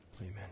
amen